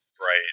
Right